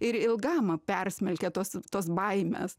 ir ilgam persmelkė tos tos baimės